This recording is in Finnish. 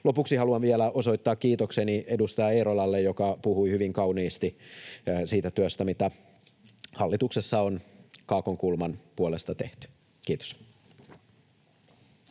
Lopuksi haluan vielä osoittaa kiitokseni edustaja Eerolalle, joka puhui hyvin kauniisti siitä työstä, mitä hallituksessa on kaakonkulman puolesta tehty. — Kiitos.